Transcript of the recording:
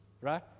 right